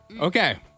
Okay